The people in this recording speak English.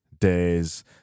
days